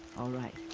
alright.